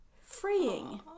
freeing